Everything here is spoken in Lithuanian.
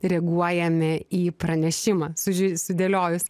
reaguojame į pranešimą sužeis sudėliojus